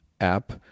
app